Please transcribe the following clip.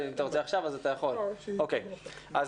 נתחיל עם